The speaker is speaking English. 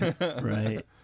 Right